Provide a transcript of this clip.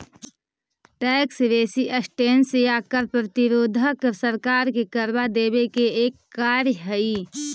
tax resistance या कर प्रतिरोध सरकार के करवा देवे के एक कार्य हई